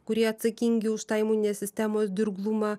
kurie atsakingi už tą imuninės sistemos dirglumą